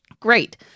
Great